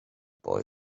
boy